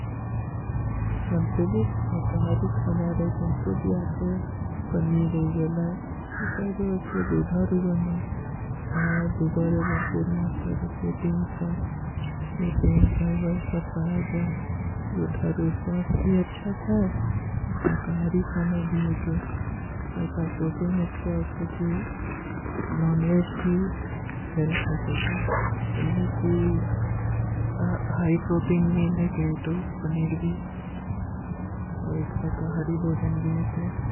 ସଂତୁଲିତ ସାକହାରୀ ଖାନା ରହେଂ ତୋ କି ଆସେ ପନୀର ହୈ ଗଲା, ଯୋ ତା ଜୋ ଅଚ୍ଛେ ଦୁଧାରୁବନ ହୈ ଔର ଦୁଧାରେ ବର୍ପୂର ମାତ୍ର ପ୍ରୋଟୀନ ଥା, ପ୍ରୋଟୀନ, ଫାଇବର, ସବ ପଯାଜ ହୈ, ଜୋ ତାରେ ସ୍ଵାସ୍ତ ଭୀ ଅଚ୍ଛା ଥା, ଔର ସାକହାରୀ ଖାନା ଭୀ ହୈ କି ଔର ତାରେ ପ୍ରୋଟୀନ ଇତକା ଅଚ୍ଛେ କୀ ନାନ ଵେଜ ଭୀ ଫୈଲ ଖାଈ ସକେ, ଗଲେ କୀ ହାଈ ପ୍ରୋଟୀନ ମୀଲ ହୈ କି ଯେ ତୋ ପନୀର ଭୀ, ଔର ଏକ ସାକହାରୀ ବୋଜନ ଭୀ ହୈ କି।